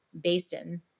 basin